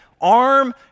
arm